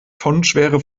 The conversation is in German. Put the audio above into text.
tonnenschwere